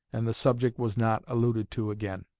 and the subject was not alluded to again.